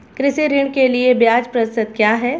कृषि ऋण के लिए ब्याज प्रतिशत क्या है?